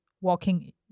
walking